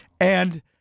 And-